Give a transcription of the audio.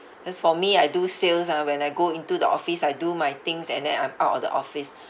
as for me I do sales ah when I go into the office I do my things and then I'm out of the office